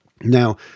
Now